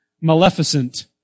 Maleficent